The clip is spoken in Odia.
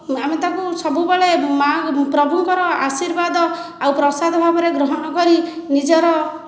ଆମେ ତାକୁ ସବୁବେଳେ ମା' ପ୍ରଭୁଙ୍କର ଆଶୀର୍ବାଦ ଆଉ ପ୍ରସାଦ ଭାବରେ ଗ୍ରହଣ କରି ନିଜର